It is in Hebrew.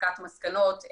הסקת מסקנות,